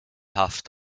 haft